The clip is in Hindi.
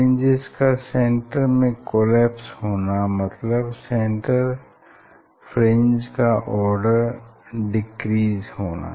फ्रिंजेस का सेंटर में कोलैप्स होना मतलब सेंट्रल फ्रिंज का आर्डर डिक्रीज़ होगा